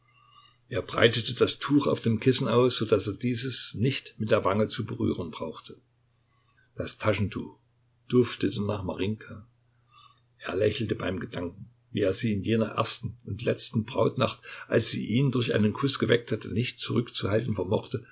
er breitete das tuch auf dem kissen aus so daß er dieses nicht mit der wange zu berühren brauchte das taschentuch duftete nach marinjka er lächelte beim gedanken wie er sie in jener ersten und letzten brautnacht als sie ihn durch ihren kuß geweckt hatte nicht zurückzuhalten vermochte